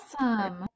awesome